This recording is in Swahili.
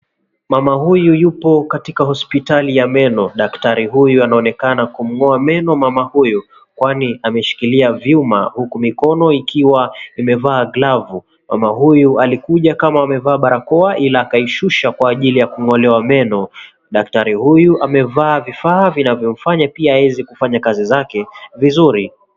Mama huyu yupo katika hospitali ya meno. Daktari huyu anaonekana kumng'oa meno mama huyu kwani ameshikilia vyuma huku mikono ikiwa imevaa glavu. Mama huyu alikuja kama amevaa barakoa ila akaishusha kwa ajili ya kung'olewa meno. Daktari huyu amevaa vifaa vinavyomfanya pia aweze kufanya kazi zake vizuri.